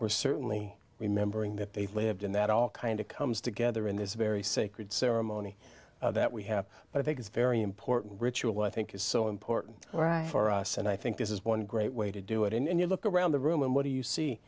we're certainly remembering that they've lived and that all kind of comes together in this very sacred ceremony that we have but i think it's very important ritual i think is so important right for us and i think this is one great way to do it and you look around the room and what do you see